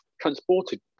transported